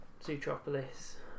Zootropolis